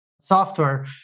software